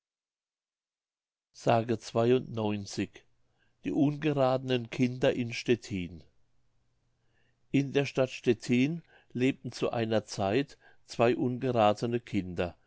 s die ungerathenen kinder in stettin in der stadt stettin lebten zu einer zeit zwei ungerathene kinder